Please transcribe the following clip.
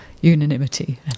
unanimity